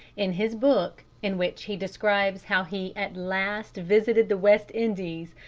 in his book, in which he describes how he at last visited the west indies,